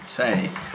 take